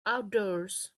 outdoors